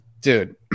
Dude